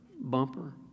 bumper